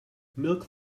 milk